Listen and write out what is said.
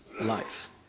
life